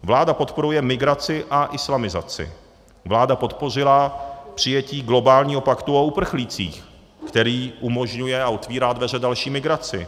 Vláda podporuje migraci a islamizaci, vláda podpořila přijetí globálního paktu o uprchlících, který umožňuje a otevírá dveře další migraci.